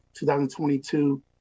2022